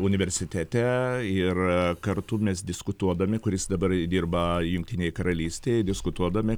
universitete ir kartu mes diskutuodami kuris dabar dirba jungtinėj karalystėj diskutuodami